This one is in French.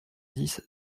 dix